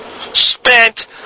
spent